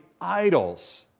idols